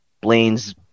blaine's